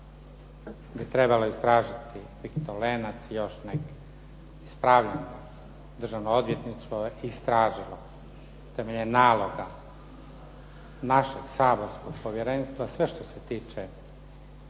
bi trebalo istražiti Viktor Lenac i još neki. Ispravljam Državno odvjetništvo je istražilo temeljem naloga našeg saborskog povjerenstva sve što se tiče